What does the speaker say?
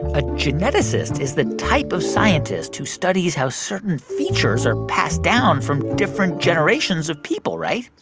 a geneticist is the type of scientist who studies how certain features are passed down from different generations of people, right?